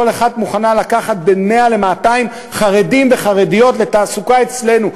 כל אחת מוכנה לקחת בין 100 ל-200 חרדים וחרדיות לתעסוקה אצלנו.